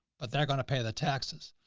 but they're going to pay the taxes.